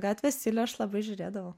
gatvės stilių aš labai žiūrėdavau